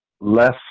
less